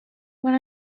when